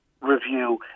review